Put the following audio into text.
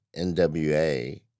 NWA